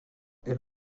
elle